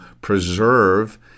preserve